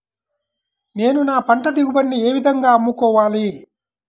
నేను నా పంట దిగుబడిని ఏ విధంగా అమ్ముకోవాలి?